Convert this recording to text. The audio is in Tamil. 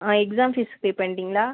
ah exam fee pay பண்ணிட்டிங்களா